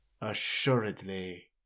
assuredly